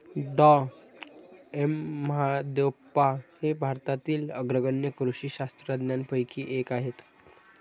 डॉ M Mahadevappa हे भारतातील अग्रगण्य कृषी शास्त्रज्ञांपैकी एक आहेत